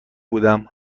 بودم